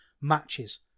matches